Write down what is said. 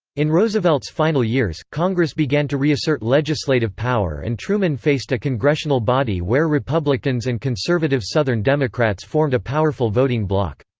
in roosevelt's final years, congress began to reassert legislative power and truman faced a congressional body where republicans and conservative southern democrats formed a powerful voting bloc.